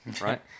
right